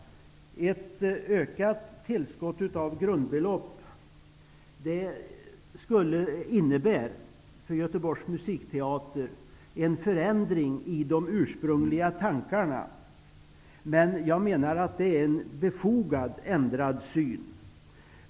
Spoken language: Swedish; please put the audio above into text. Ett ökat tillskott av grundbelopp innebär för Göteborgs musikteater en förändring i de ursprungliga tankarna. Men jag menar att den förändrade synen är befogad.